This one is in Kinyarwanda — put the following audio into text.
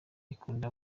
ukunde